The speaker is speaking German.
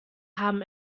haben